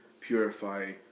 purify